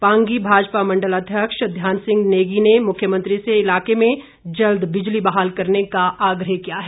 पांगी भाजपा मंडल अध्यक्ष ध्यान सिंह नेगी ने मुख्यमंत्री से इलाके में जल्द बिजली बहाल करने का आग्रह किया है